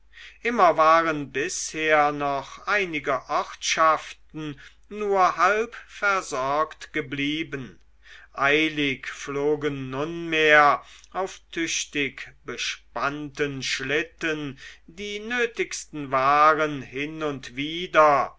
immer waren bisher noch einige ortschaften nur halb versorgt geblieben eilig flogen nunmehr auf tüchtig bespannten schlitten die nötigsten waren hin und wider